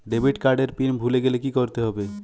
Debit card এর PIN ভুলে গেলে কি করতে হবে?